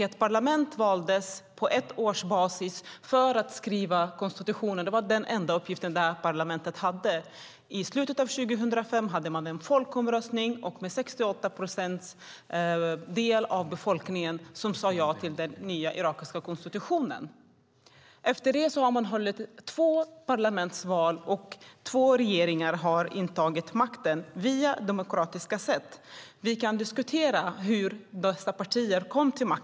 Ett parlament valdes på ett års basis för att skriva konstitutionen. Det var den enda uppgiften som parlamentet hade. I slutet av 2005 hade man en folkomröstning där 68 procent av befolkningen sade ja till den nya irakiska konstitutionen. Efter det har man hållit två parlamentsval, och två regeringar har intagit makten på ett demokratiskt sätt. Vi kan diskutera hur dessa partier kom till makten.